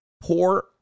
poor